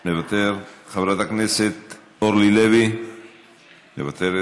מוותר, חברת הכנסת אורלי לוי, מוותרת,